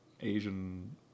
Asian